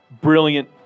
brilliant